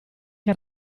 che